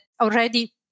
already